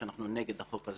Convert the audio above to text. שאנחנו נגד החוק.